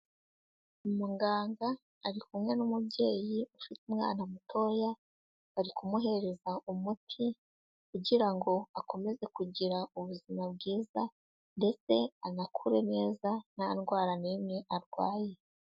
Umuganga ari kumwe n'umubyeyi ufite umwana mutoya, ari kumuhereza umuti kugira ngo akomeze kugira ubuzima bwiza ndetse anakure neza nta ndwara n'imwe arwaye.